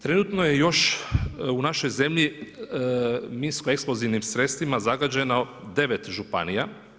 Trenutno je još u našoj zemlji minsko-eksplozivnim sredstvima zagađeno 9 županija.